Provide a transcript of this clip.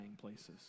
places